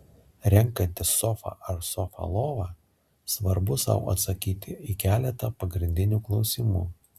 renkantis sofą ar sofą lovą svarbu sau atsakyti į keletą pagrindinių klausimų